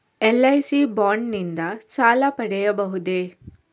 LIC bond ನಿಂದ ಸಾಲ ಪಡೆಯಬಹುದೇ?